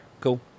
cool